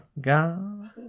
God